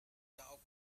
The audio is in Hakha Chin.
cauk